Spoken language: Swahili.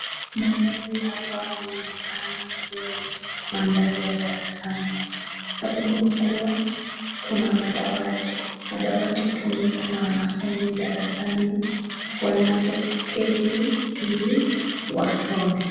Mandhari haya inaonekana kuwa ni mandhari ya darasani sababu nikuwa kuna madawati. Dawati hutumika na wanfunzi darasani wanapoketi ili wasome.